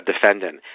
defendant